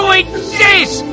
exist